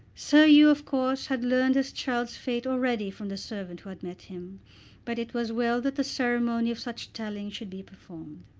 sir hugh of course had learned his child's fate already from the servant who had met him but it was well that the ceremony of such telling should be performed.